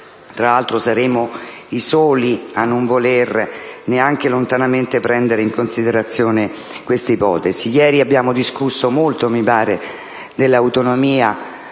non saremmo neanche i soli a non volere neanche lontanamente prendere in considerazione una tale ipotesi. Ieri abbiamo discusso molto, mi pare, dell'autonomia